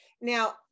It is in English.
Now